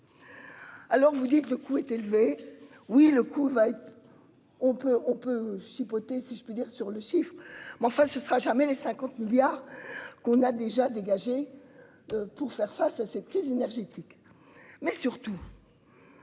Alors vous dites, le coût est élevé. Oui le couvert. On peut on peut chipoter si je puis dire sur le chiffre, mais enfin ce sera jamais les 50 milliards. Qu'on a déjà dégagé. Pour faire face à cette crise énergétique mais surtout.